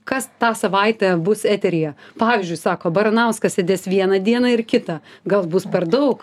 kas tą savaitę bus eteryje pavyzdžiui sako baranauskas sėdės vieną dieną ir kitą gal bus per daug